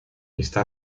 está